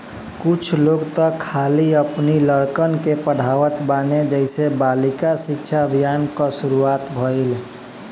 कुछ लोग तअ खाली अपनी लड़कन के पढ़ावत बाने जेसे बालिका शिक्षा अभियान कअ शुरुआत भईल